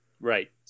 Right